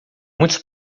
muitos